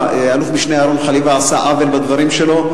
שאלוף-משנה אהרן חליוה עשה עוול בדברים שלו,